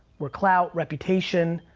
where clout, reputation,